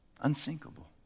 Unsinkable